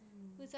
mmhmm